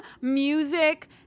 music